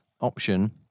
option